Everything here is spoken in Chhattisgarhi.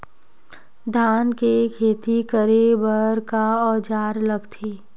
धान के खेती करे बर का औजार लगथे?